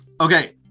Okay